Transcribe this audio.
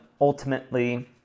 ultimately